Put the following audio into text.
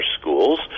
schools